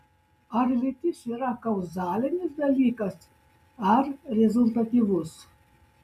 ar lytis yra kauzalinis dalykas ar rezultatyvus